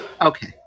Okay